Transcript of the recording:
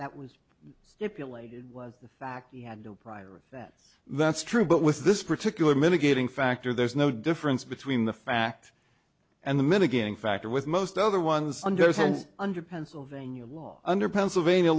fact he had no prior of that that's true but with this particular mitigating factor there's no difference between the fact and the minute getting factor with most other ones under under pennsylvania law under pennsylvania